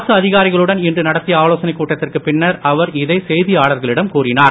அரசு அதிகாரிகளுடன் இன்று நடத்திய ஆலோசனைக் கூட்டத்திற்குப் பின்னர் அவர் இதை செய்தியாளர்களிடம் கூறினார்